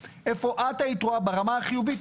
היכן את היית רואה ברמה החיובית,